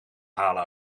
halen